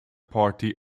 party